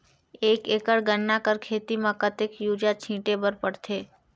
एक एकड़ गन्ना कर खेती म कतेक युरिया छिंटे बर पड़थे?